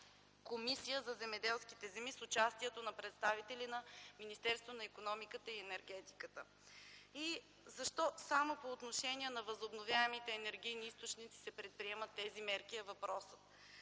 Комисията за земеделските земи с участие на представителите на Министерството на икономиката и енергетиката. Въпросът е защо само по отношение на възобновяемите енергийни източници се предприемат тези мерки. Анализът